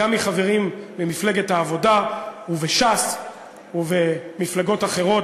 גם מחברים במפלגת העבודה ובש"ס ובמפלגות אחרות,